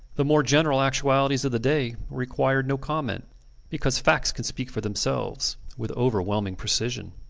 the more general actualities of the day required no comment because facts can speak for themselves with overwhelming precision.